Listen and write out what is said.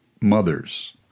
mothers